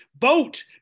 vote